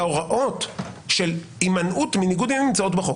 אין חוק שאני מכיר שההוראות של הימנעות מניגוד עניינים נמצאות בחוק.